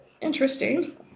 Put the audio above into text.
Interesting